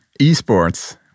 Esports